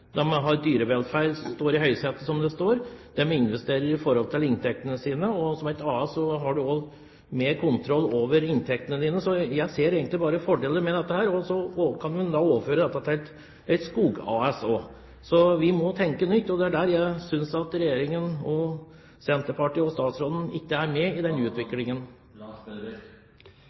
står i høysetet», som det står, de investerer i forhold til inntektene sine, og som et AS har du også mer kontroll over inntektene dine. Så jeg ser egentlig bare fordeler med dette, og så kan man da overføre dette til et skog-AS også. Vi må tenke nytt, og det er der jeg synes at regjeringen og Senterpartiet og statsråden ikke er med på utviklingen. Jeg er enig i